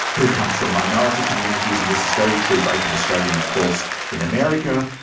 who come from minority communities and this is very true both in australia and of course in america,